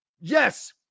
yes